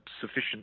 sufficient